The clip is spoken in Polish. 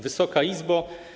Wysoka Izbo!